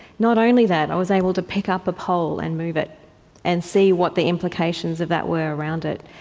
not only that, i was able to pick up a pole and move it and see what the implications of that were around it.